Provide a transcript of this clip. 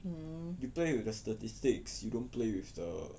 you play with the statistics you don't play with the